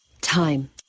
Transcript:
time